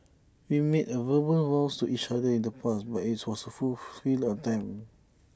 we made A verbal vows to each other in the past but IT was A full futile attempt